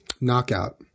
Knockout